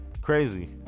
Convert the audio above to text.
Crazy